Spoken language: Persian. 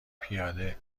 پیاده